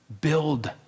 build